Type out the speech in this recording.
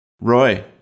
Roy